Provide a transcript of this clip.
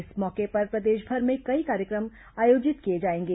इस मौके पर प्रदेशभर में कई कार्यक्रम आयोजित किए जाएंगे